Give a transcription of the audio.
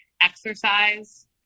exercise